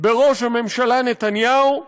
בראש הממשלה נתניהו,